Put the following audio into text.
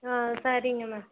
ஆ சரிங்க மேம்